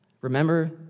Remember